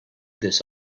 this